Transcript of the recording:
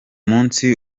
munsi